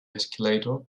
escalator